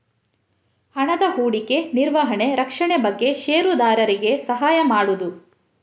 ಹಣದ ಹೂಡಿಕೆ, ನಿರ್ವಹಣೆ, ರಕ್ಷಣೆ ಬಗ್ಗೆ ಷೇರುದಾರರಿಗೆ ಸಹಾಯ ಮಾಡುದು